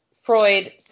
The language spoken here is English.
Freud